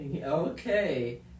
Okay